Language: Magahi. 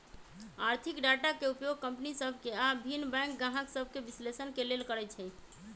आर्थिक डाटा के उपयोग कंपनि सभ के आऽ भिन्न बैंक गाहक सभके विश्लेषण के लेल करइ छइ